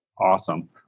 Awesome